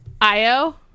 Io